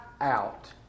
out